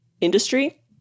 industry